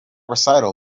recital